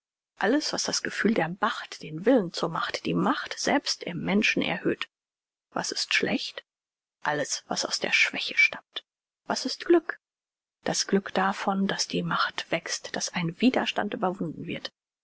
alles was das gefühl der macht den willen zur macht die macht selbst im menschen erhöht was ist schlecht alles was aus der schwäche stammt was ist glück das gefühl davon daß die macht wächst daß ein widerstand überwunden wird